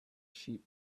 sheep